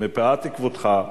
מפאת כבודך,